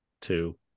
Two